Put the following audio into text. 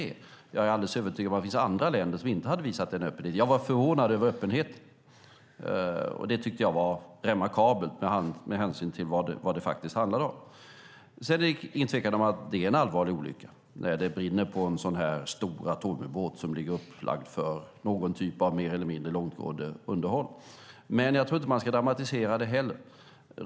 Jag är alldeles övertygad om att det finns andra länder som inte hade visat den öppenheten. Jag var förvånad över öppenheten. Den tycker jag var remarkabel med hänsyn till vad det faktiskt handlade om. Det råder inget tvivel om att det är en allvarlig olycka när det brinner på en sådan här stor atomubåt som ligger upplagd för någon typ av mer eller mindre långtgående underhåll. Men jag tror inte att man ska dramatisera det heller.